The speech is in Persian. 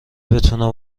بتونم